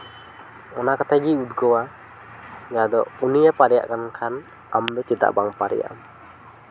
ᱚᱱᱟ ᱠᱟᱛᱷᱟ ᱜᱤᱧ ᱩᱫᱽᱜᱟᱹᱣᱟ ᱚᱱᱟ ᱫᱚ ᱩᱱᱤᱭᱮ ᱫᱟᱲᱮᱭᱟᱜᱼᱟ ᱠᱟᱱ ᱠᱷᱟᱱ ᱟᱢ ᱫᱚ ᱪᱮᱫᱟᱜ ᱵᱟᱝ ᱫᱟᱲᱮᱭᱟᱜᱼᱟ